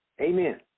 Amen